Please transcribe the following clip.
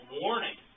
warning